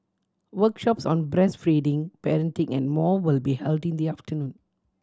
workshops on breastfeeding parenting and more will be held in the afternoon